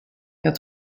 jag